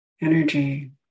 energy